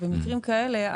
במקרים כאלה,